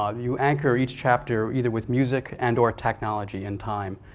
ah you anchor each chapter either with music and or technology and time.